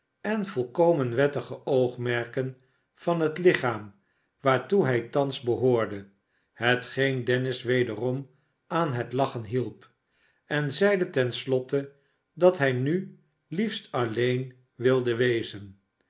en volkomen wettige oogmerken van het lichaam waartoe hij thans behoorde hetgeen dennis wederom aan het lachen hielp en zeide ten slotte dat hij nu liefst alleen wilde wezen